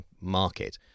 market